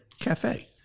Cafe